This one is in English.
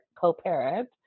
co-parent